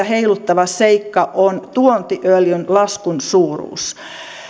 heiluttava seikka on tuontiöljyn laskun suuruus